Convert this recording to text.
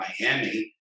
Miami